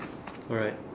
alright